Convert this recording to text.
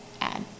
add